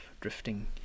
drifting